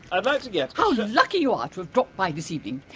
i'd like to get a how lucky you are to have dropped by this evening!